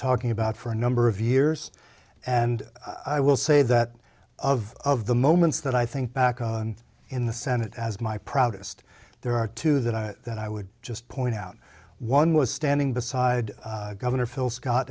talking about for a number of years and i will say that of of the moments that i think back in the senate as my proudest there are two that i that i would just point out one was standing beside governor phil scott